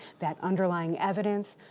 that underlying evidence,